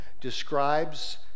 describes